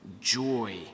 joy